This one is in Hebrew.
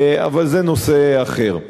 אבל זה נושא אחר.